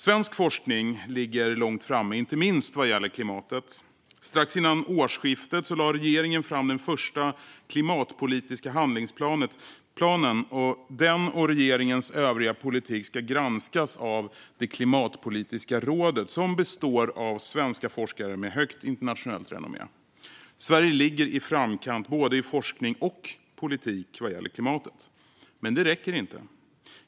Svensk forskning ligger långt framme, inte minst vad gäller klimatet. Strax före årsskiftet lade regeringen fram den första klimatpolitiska handlingsplanen. Den, och regeringens övriga politik, ska granskas av Klimatpolitiska rådet, som består av svenska forskare med högt internationellt renommé. Sverige ligger i framkant, både i forskning och politik, vad gäller klimatet. Men det räcker inte.